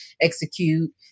execute